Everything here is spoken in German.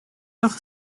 doch